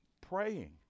Praying